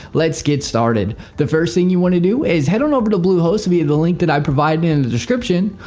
let's get started. the first thing you want to do is head on over to bluehost via the link that i provided in the description.